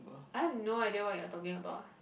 I have no idea what you are talking about ah